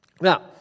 Now